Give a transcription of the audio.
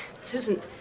Susan